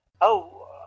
Oh